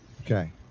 Okay